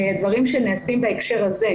דברים שנעשים בהקשר הזה,